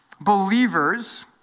believers